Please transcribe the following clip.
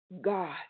God